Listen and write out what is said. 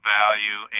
value